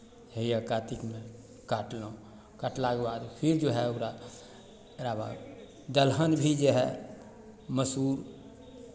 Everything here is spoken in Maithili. हैया कातिकमे काटलहुँ काटलाके बाद फेर जे हए ओकरा ओकरा बाद दलहन भी जे हए मसूर